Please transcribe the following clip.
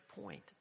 point